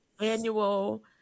annual